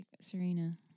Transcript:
Serena